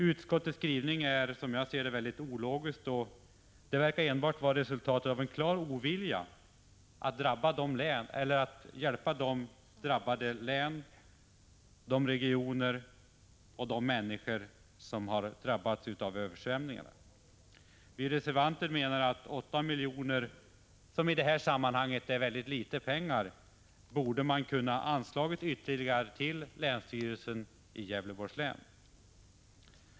Utskottets skrivning är, som jag ser det, mycket ologisk och verkar enbart vara resultatet av en klar ovilja att hjälpa de län, regioner och människor som har drabbats av översvämningarna. Vi reservanter menar att ytterligare 8 miljoner, som i det här sammanhanget är mycket litet pengar, borde ha kunnat anslås till länsstyrelsen i Gävleborgs län.